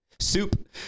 soup